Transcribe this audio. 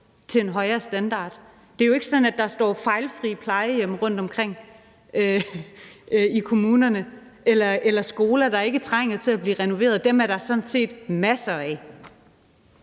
til en højere standard. Det er jo ikke sådan, at der står fejlfri plejehjem rundtomkring i kommunerne, eller skoler, der ikke trænger til at blive renoveret. Dem er der sådan set masser af.